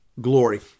glory